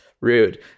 rude